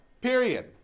period